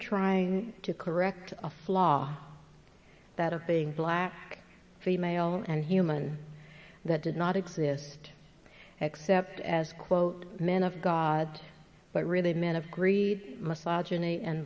trying to correct a flaw that of being black female and human that did not exist except as quote men of god but really men of greed massage and a and